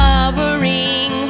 Covering